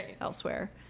elsewhere